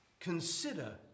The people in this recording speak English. Consider